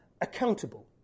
accountable